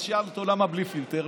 נשאל אותו: למה בלי פילטר?